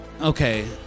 okay